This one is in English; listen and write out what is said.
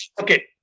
okay